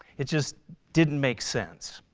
it just didn't make sense.